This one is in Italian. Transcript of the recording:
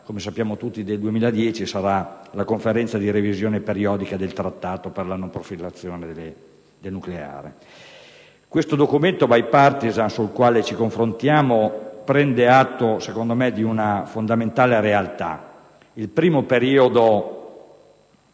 importanza del 2010 sarà la Conferenza di riesame del Trattato di non proliferazione del nucleare. Questo documento *bipartisan* sul quale ci confrontiamo prende atto, secondo me, di una fondamentale realtà: il primo periodo